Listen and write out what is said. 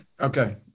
Okay